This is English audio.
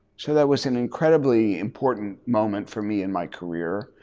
so that was an incredibly important moment for me in my career,